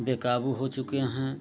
बेकाबू हो चुके हैं